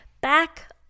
back